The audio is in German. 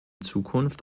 zukunft